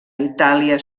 itàlia